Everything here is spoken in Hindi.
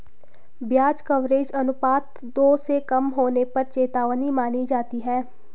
ब्याज कवरेज अनुपात दो से कम होने पर चेतावनी मानी जाती है